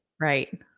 Right